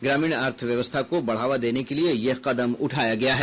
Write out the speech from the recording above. ग्रामीण अर्थव्यवस्था को बढ़ावा देने के लिए यह कदम उठाया गया है